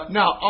now